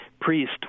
priest